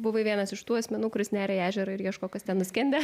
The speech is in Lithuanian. buvai vienas iš tų asmenų kuris neria į ežerą ir ieško kas ten nuskendę